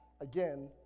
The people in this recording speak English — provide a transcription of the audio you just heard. again